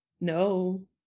no